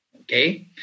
Okay